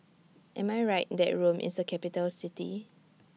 Am I Right that Rome IS A Capital City